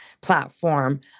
platform